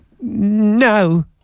No